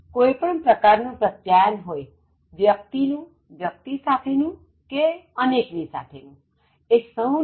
કોઇ પણ પ્રકાર નું પ્રત્યાયન હોય વ્યક્તિ નું વ્યક્તિ સાથેનું કે અનેક ની સાથે નું એ સહુ માં